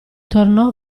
tornò